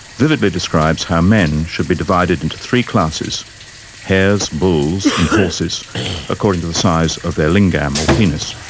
vividly describes how men should be divided into three classes hares, bulls and horses according to the size of their lingam or penis.